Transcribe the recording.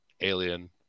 alien